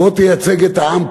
בוא תייצג את העם כולו,